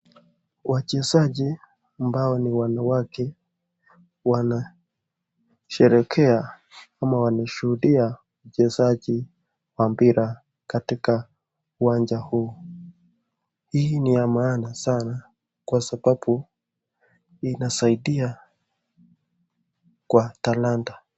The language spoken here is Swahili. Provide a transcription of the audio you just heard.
Wachezaji ambao ni wanawake wanasherehekea ama wanashuhudia mchezaji wa mpira katika uwanja huu. Hii ni ya maana sana kwa sababu inasaidia kwa talanta.